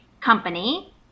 company